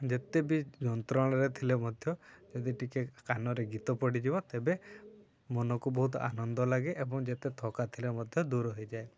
ଯେତେ ବି ଯନ୍ତ୍ରଣାରେ ଥିଲେ ମଧ୍ୟ ଯଦି ଟିକେ କାନରେ ଗୀତ ପଡ଼ିଯିବ ତେବେ ମନକୁ ବହୁତ ଆନନ୍ଦ ଲାଗେ ଏବଂ ଯେତେ ଥକା ଥିଲେ ମଧ୍ୟ ଦୂର ହେଇଯାଏ